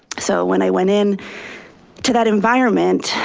so when i went in to that environment,